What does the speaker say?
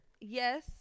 Yes